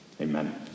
Amen